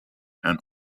and